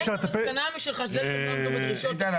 קח את המסקנה שלך זה שהם לא עמדו בדרישות החוק ותעשה עוד פעם --- איתן,